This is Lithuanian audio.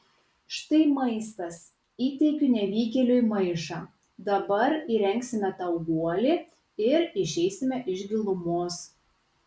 štai maistas įteikiu nevykėliui maišą dabar įrengsime tau guolį ir išeisime iš gilumos